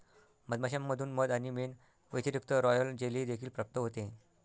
मधमाश्यांमधून मध आणि मेण व्यतिरिक्त, रॉयल जेली देखील प्राप्त होते